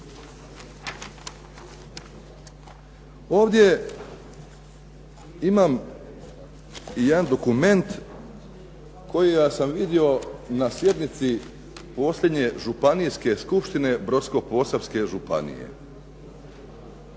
Ovdje imam jedan dokument kojega sam vidio na sjednici posljednje županijske skupštine Brodsko-posavske županije.